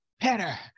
better